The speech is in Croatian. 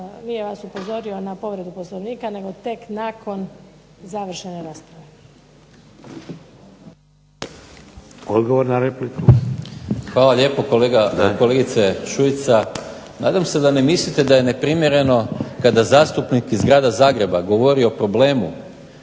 nije vas upozorio na povredu Poslovnika nego tek nakon završene rasprave. **Šeks, Vladimir (HDZ)** Odgovor na repliku. **Maras, Gordan (SDP)** Hvala lijepo kolegice Šuica, nadam se da ne mislite da je neprimjereno kada zastupnik iz grada Zagreba govori o problemu